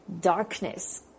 darkness